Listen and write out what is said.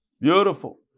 Beautiful